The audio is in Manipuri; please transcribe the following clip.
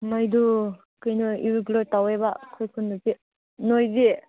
ꯃꯩꯗꯨ ꯀꯩꯅꯣ ꯏꯔꯤꯒꯨꯂꯔ ꯇꯧꯋꯦꯕ ꯑꯩꯈꯣꯏ ꯈꯨꯟꯗꯗꯤ ꯅꯣꯏꯗꯤ